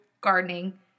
gardening